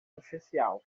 essencial